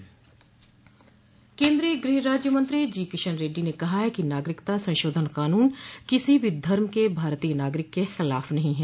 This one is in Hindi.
केन्द्रीय गृह राज्य मंत्री जी किशन रेड्डी ने कहा है कि नागरिकता संशोधन कानून किसी भी धर्म के भारतीय नागरिक के खिलाफ नहीं है